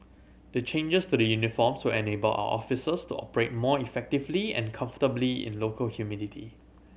the changes to the uniforms will enable our officers to operate more effectively and comfortably in local humidity